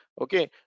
okay